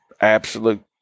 absolute